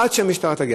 עד שהמשטרה תגיע.